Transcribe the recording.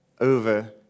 over